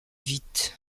vite